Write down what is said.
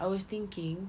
I was thinking